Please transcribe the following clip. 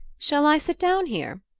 shall i sit down here?